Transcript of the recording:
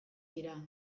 dira